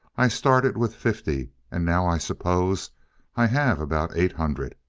i started with fifty, and now i suppose i have about eight hundred.